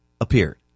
appeared